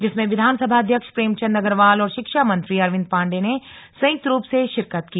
जिसमें विधानसभा अध्यक्ष प्रेमचंद अग्रवाल और शिक्षा मंत्री अरविंद पांडे ने संयुक्तरुप से शिरकत की